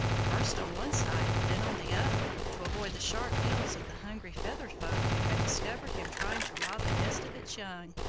first on one side, then on the other, to avoid the sharp bills of the angry feathered folk who had discovered him trying to rob a nest of its young.